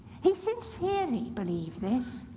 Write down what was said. he sincerely believed this.